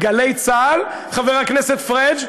"גלי צה"ל" חבר הכנסת פריג',